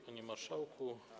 Panie Marszałku!